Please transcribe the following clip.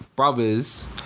Brothers